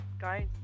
guys